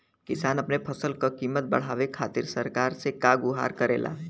किसान अपने फसल क कीमत बढ़ावे खातिर सरकार से का गुहार करेला?